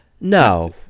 No